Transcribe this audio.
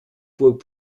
burg